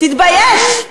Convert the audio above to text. תתבייש.